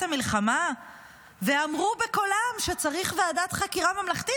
המלחמה ואמרו בקולם שצריך ועדת חקירה ממלכתית,